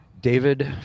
David